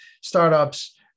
startups